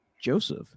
Joseph